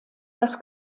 das